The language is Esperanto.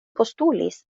postulis